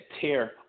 tear